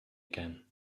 again